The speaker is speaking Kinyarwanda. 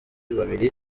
babiri